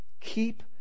Keep